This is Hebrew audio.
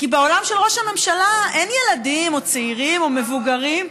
כי בעולם של ראש הממשלה אין ילדים או צעירים או מבוגרים,